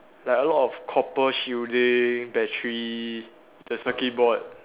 like a lot of copper shielding battery the circuit board